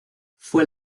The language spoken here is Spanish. fue